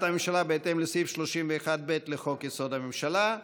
המשלה בהתאם לסעיף 31(ב) לחוק-יסוד: הממשלה.